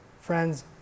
friends